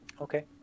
Okay